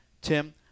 Tim